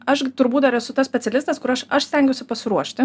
aš turbūt dar esu tas specialistas kur aš aš stengiuosi pasiruošti